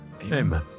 Amen